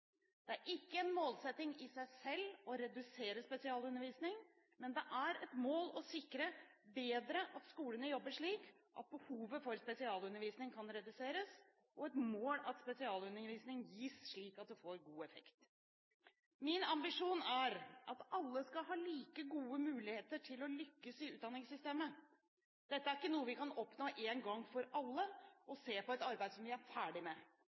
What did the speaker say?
Det er ikke en målsetting i seg selv å redusere spesialundervisning, men det er et mål å sikre bedre at skolene jobber slik at behovet for spesialundervisning kan reduseres, og at spesialundervising gis slik at det får god effekt. Min ambisjon er at alle skal ha like gode muligheter til å lykkes i utdanningssystemet. Dette er ikke noe vi kan oppnå en gang for alle og se på som et arbeid vi er ferdig med.